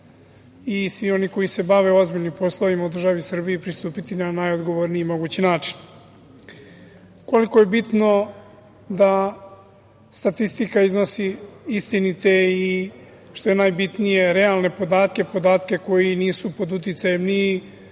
i svi oni koji se bave ozbiljnim poslovima u državi Srbiji pristupiti na najodgovorniji mogući način. Koliko je bitno da statistika iznosi istinite i, što je najbitnije, realne podatke, podatke koji nisu pod uticajem ni